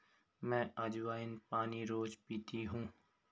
मैं अज्वाइन पानी रोज़ पीती हूँ